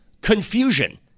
confusion